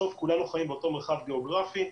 בסוף כולנו חיים באותו מרחב גיאוגרפי,